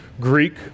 Greek